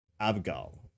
Abgal